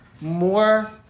more